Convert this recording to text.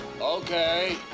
Okay